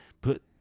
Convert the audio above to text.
put